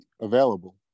available